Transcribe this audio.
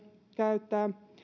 käyttää